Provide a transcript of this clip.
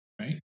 Right